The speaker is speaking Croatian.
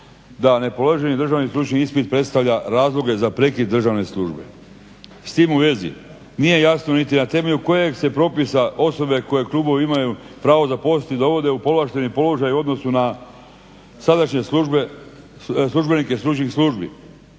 da ne položeni državni stručni ispit predstavlja razloge za prekid državne službe. S tim u vezi nije jasno na temelju kojeg se propisa osobe koje klubovi imaju pravo zaposliti dovode u povlašteni položaj u odnosu na sadašnje službenike stručnih službi